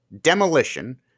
demolition